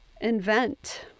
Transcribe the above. invent